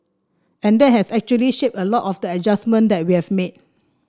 and that has actually shaped a lot of the adjustment that we have made